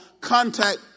contact